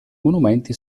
monumenti